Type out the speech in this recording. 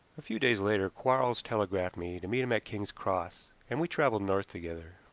a few days later quarles telegraphed me to meet him at kings cross, and we traveled north together.